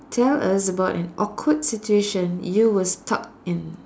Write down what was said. tell us about an awkward situation you were stuck in